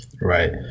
Right